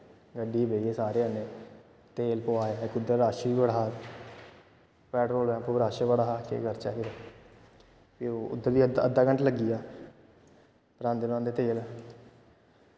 गड्डी च बेही गे सारे जने तेल पोआया इक उद्धर रश बी बड़ा हा पैट्रोल पंप पर रश बी बड़ा हा केह् करचै फिर ते उद्धर बी अद्धा अद्धा घैंटा लग्गी गेआ भरांदे भरांदे तेल